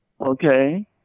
Okay